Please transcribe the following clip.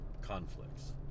conflicts